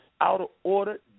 out-of-order